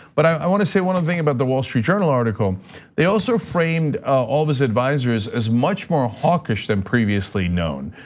but i want to say one thing about the wall street journal article they also framed all of his advisors as much more hawkish than previously known.